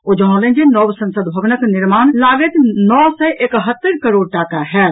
ओ जनौलनि जे नव संसद भवनक निर्माण लागति नओ सय एकहत्तरि करोड़ टाका होयत